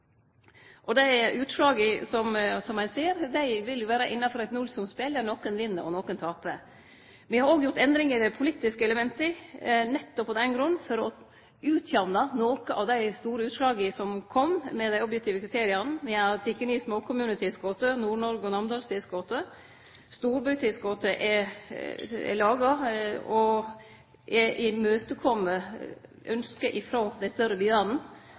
utslaga som ein ser, vil vere innanfor eit nullsumspel, der nokre vinn og nokre tapar. Me har òg gjort endringar i dei politiske elementet, nettopp av den grunn, for å utjamne noko av dei store utslaga som kom med dei objektive kriteria. Me har teke ned småkommunetilskotet og Nord-Noreg- og Namdalstilskotet. Storbytilskotet er laga og kjem ynsket frå dei større byane